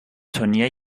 turnier